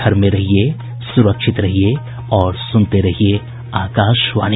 घर में रहिये सुरक्षित रहिये और सुनते रहिये आकाशवाणी